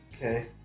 Okay